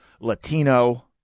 Latino